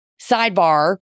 Sidebar